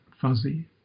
fuzzy